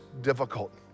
difficult